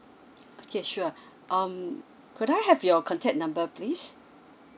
okay sure um could I have your contact number please